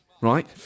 right